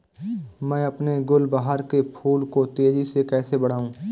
मैं अपने गुलवहार के फूल को तेजी से कैसे बढाऊं?